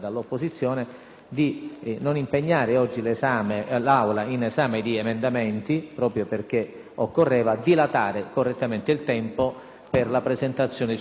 di non impegnare oggi l'Assemblea nell'esame di emendamenti, proprio perché occorreva dilatare correttamente il tempo per la presentazione di subemendamenti.